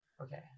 okay